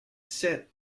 set